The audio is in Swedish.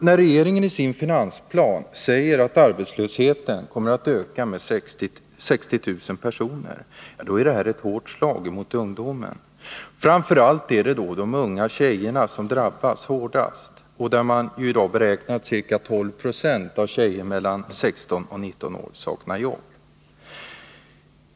När regeringen säger i sin finansplan att arbetslösheten kommer att öka med 60 000 personer, är det ett hårt slag mot ungdomen. Framför allt är det de unga tjejerna som drabbas. Man beräknar att ca 12 90 av flickorna mellan 16 och 19 år saknar jobb.